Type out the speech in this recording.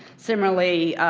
similarly,